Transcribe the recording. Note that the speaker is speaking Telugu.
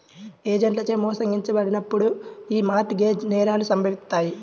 ఏజెంట్లచే మోసగించబడినప్పుడు యీ మార్ట్ గేజ్ నేరాలు సంభవిత్తాయి